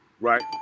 Right